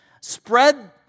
spread